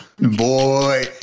Boy